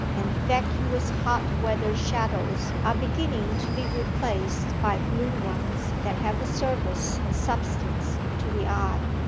and vacuous hot-weather shadows are beginning to be replaced by blue ones that have a surface and substance to the eye.